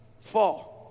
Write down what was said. Fall